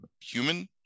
human